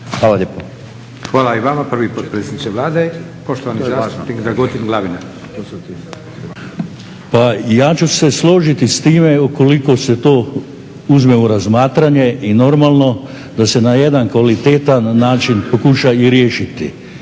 Hvala i vama prvi potpredsjedniče Vlade. Poštovani zastupnik Dragutin Glavina. **Glavina, Dragutin (HNS)** Pa ja ću se složiti s time ukoliko se to uzme u razmatranje i normalno da se na jedan kvalitetan način pokuša i riješiti,